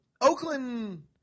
Oakland